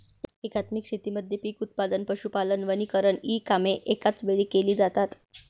एकात्मिक शेतीमध्ये पीक उत्पादन, पशुपालन, वनीकरण इ कामे एकाच वेळी केली जातात